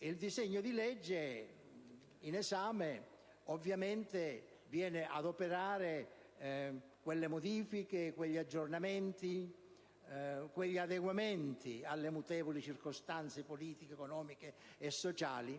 Il disegno di legge in esame viene ovviamente ad operare quelle modifiche, quegli aggiornamenti ed adeguamenti alle mutevoli circostanze politiche, economiche e sociali